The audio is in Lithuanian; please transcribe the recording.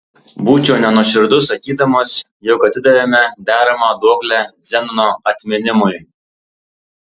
būčiau nenuoširdus sakydamas jog atidavėme deramą duoklę zenono atminimui